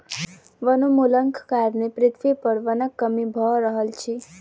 वनोन्मूलनक कारणें पृथ्वी पर वनक कमी भअ रहल अछि